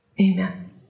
Amen